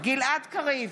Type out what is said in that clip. גלעד קריב,